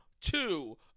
two